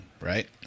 right